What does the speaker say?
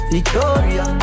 Victoria